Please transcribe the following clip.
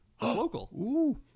Local